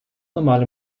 normale